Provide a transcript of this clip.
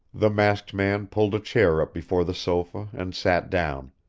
the masked man pulled a chair up before the sofa and sat down.